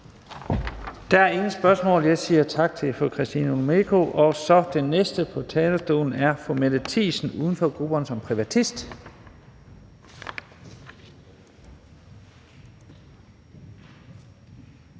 Der er ingen spørgsmål. Jeg siger tak til fru Christina Olumeko. Den næste på talerstolen er fru Mette Thiesen, uden for grupperne, som privatist.